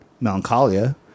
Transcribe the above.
Melancholia